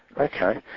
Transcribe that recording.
Okay